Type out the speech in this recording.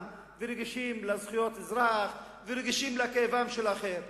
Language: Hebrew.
ורגישים לזכויות האזרח ורגישים לכאבו של האחר,